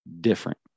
different